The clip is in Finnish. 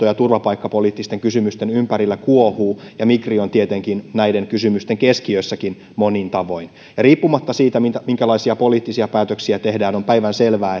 ja turvapaikkapoliittisten kysymysten ympärillä kuohuu ja migri on tietenkin näiden kysymysten keskiössäkin monin tavoin riippumatta siitä minkälaisia poliittisia päätöksiä tehdään on päivänselvää